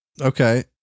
Okay